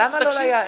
תקשיב.